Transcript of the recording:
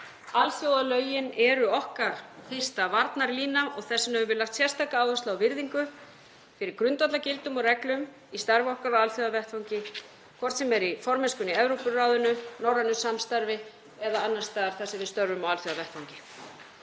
Alþjóðalögin eru okkar fyrsta varnarlína og þess vegna höfum við lagt sérstaklega áherslu á virðingu fyrir grundvallargildum og reglum í starfi okkar á alþjóðavettvangi, hvort sem er í formennskunni í Evrópuráðinu, norrænu samstarfi eða annars staðar þar sem við störfum á alþjóðavettvangi.